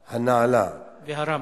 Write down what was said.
והרם.